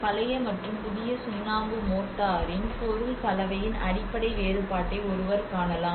பழைய மற்றும் புதிய சுண்ணாம்பு மோர்டாரின் பொருள் கலவையின் அடிப்படை வேறுபாட்டை ஒருவர் காணலாம்